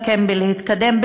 גם בלהתקדם,